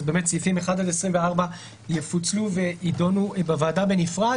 אז באמת סעיפים 1-24 יפוצלו ויידונו בוועדה בנפרד,